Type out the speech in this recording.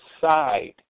side